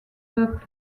peuples